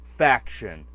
faction